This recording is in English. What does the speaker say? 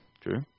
true